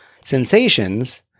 sensations